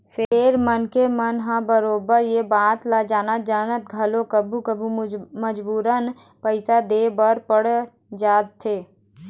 फेर मनखे मन ह बरोबर ये बात ल जानत जानत घलोक कभू कभू मजबूरन पइसा दे बर पड़ जाथे